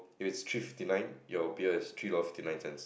it's three fifty nine your beer is three dollars fifty nine cents